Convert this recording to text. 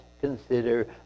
consider